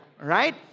right